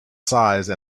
size